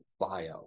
bio